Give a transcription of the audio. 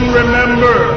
remember